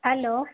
hello